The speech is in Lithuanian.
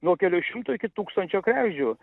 nuo kelių šimtų iki tūkstančio kregždžių